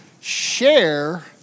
share